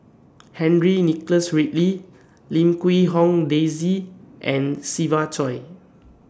Henry Nicholas Ridley Lim Quee Hong Daisy and Siva Choy